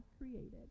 created